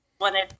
wanted